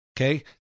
Okay